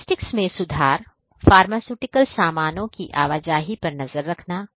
logistics में सुधार pharmaceutical सामानों की आवाजाही पर नज़र रखना